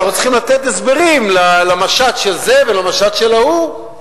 ואנחנו צריכים לתת הסברים על המשט של זה והמשט של ההוא,